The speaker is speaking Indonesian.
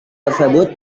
tersebut